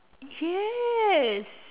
yes